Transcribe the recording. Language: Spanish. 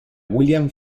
william